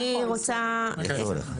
נכון, כן.